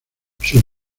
sus